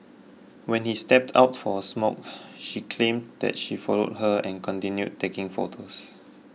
when he stepped out for a smoke she claims that she followed her and continued taking photos